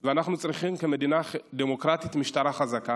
ואנחנו צריכים כמדינה דמוקרטית משטרה חזקה.